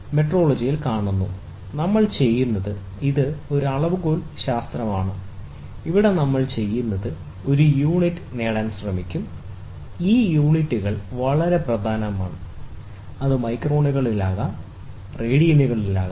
മെട്രോളജിയിൽ കാണുക നമ്മൾ ചെയ്യുന്നത് അത് ഒരു അളവുകോൽ ശാസ്ത്രമാണ് ഇവിടെ നമ്മൾ ചെയ്യുന്നത് ഒരു യൂണിറ്റ് നേടാൻ ശ്രമിക്കും ഈ യൂണിറ്റുകൾ വളരെ പ്രധാനമാണ് ശരി അത് മൈക്രോണുകളിൽ ആകാം ഇത് റേഡിയനുകളിൽ ആകാം